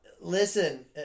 listen